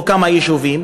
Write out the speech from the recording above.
או כמה יישובים,